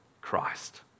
Christ